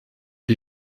die